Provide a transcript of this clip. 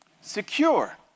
Secure